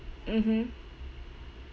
mmhmm